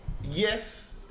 yes